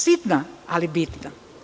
Sitna, ali bitna.